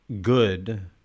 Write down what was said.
good